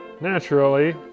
naturally